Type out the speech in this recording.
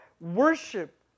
worship